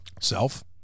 self